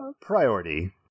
priority